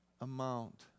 amount